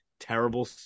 Terrible